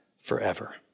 forever